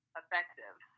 effective